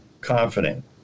confident